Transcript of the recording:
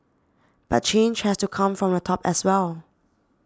but change has to come from the top as well